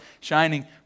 shining